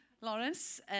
Lawrence